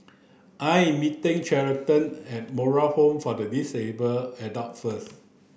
I am meeting Charlottie at Moral Home for Disabled Adults first